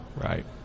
Right